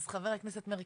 אז חבר הכנסת מרעי,